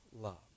love